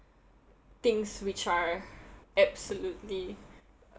things which are absolutely